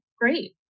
Great